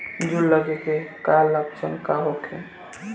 जूं लगे के का लक्षण का होखे?